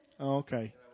Okay